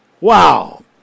Wow